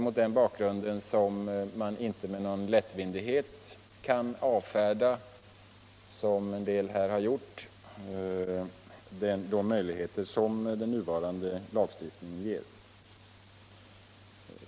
Mot den bakgrunden kan man inte lättvindigt avfärda — som en del här har gjort — de möjligheter som den nuvarande lagstiftningen ger.